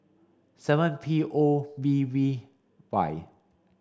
seven P O B V Y